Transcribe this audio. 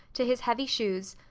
to his heavy shoes,